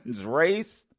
race